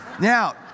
now